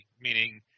Meaning